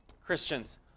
Christians